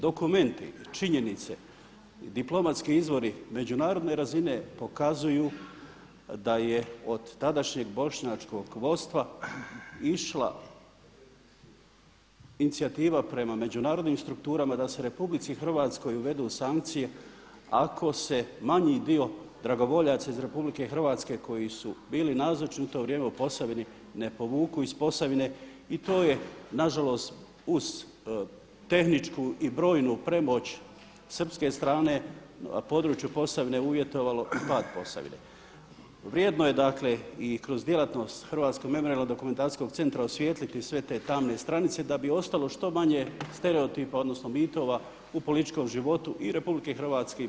Dokumenti, činjenice, diplomatski izvori međunarodne razine pokazuju da je od tadašnjeg bošnjačkog vodstva išla inicijativa prema međunarodnim strukturama da se RH uvedu sankcije ako se manji dio dragovoljaca iz RH koji su bili nazočni u to vrijeme u Posavini ne povuku iz Posavine i to je nažalost uz tehničku i brojnu premoć srpske strane na području Posavine uvjetovalo i pad Posavine. vrijedno je dakle i kroz djelatnost Hrvatskog memorijalnog-dokumentacijskog centra osvijetliti sve tamne stranice da bi ostalo što manje stereotipa odnosno mitova u političkom životu i RH i BIH.